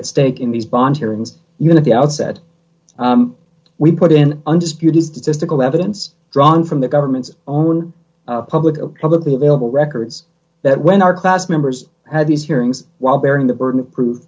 at stake in these bond hearings you know the outset we put in undisputed statistical evidence drawn from the government's own public a publicly available records that when our class members had these hearings while bearing the burden of proof